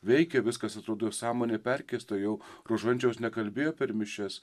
veikia viskas atrodo sąmonė perkeisto jau rožančiaus nekalbėjo per mišias